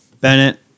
Bennett